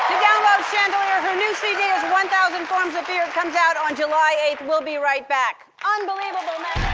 chandelier. her new cd is one thousand forms of fear. it comes out on july eighth. we'll be right back. unbelievable, maddie.